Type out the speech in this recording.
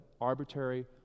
arbitrary